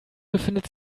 befindet